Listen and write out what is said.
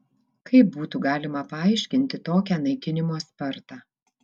kaip būtų galima paaiškinti tokią naikinimo spartą